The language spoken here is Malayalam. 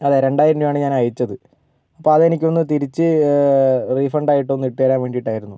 അതെ രണ്ടായിരം രൂപയാണ് ഞാൻ അയച്ചത് അപ്പം അത് എനിക്കൊന്ന് തിരിച്ച് റീഫണ്ട് ആയിട്ട് ഒന്ന് ഇട്ട് തരാൻ വേണ്ടിയിട്ടായിരുന്നു